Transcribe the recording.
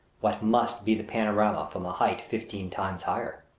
what must be the panorama from a height fifteen times higher!